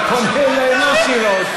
אתה פונה אליהם ישירות.